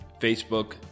Facebook